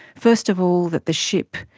first of all that the ship,